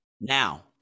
now